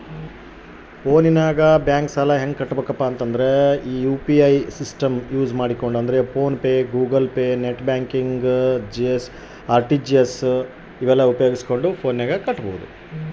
ಫೋನಿನಾಗ ಬ್ಯಾಂಕ್ ಸಾಲ ಹೆಂಗ ಕಟ್ಟಬೇಕು?